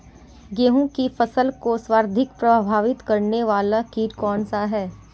गेहूँ की फसल को सर्वाधिक प्रभावित करने वाला कीट कौनसा है?